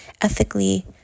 ethically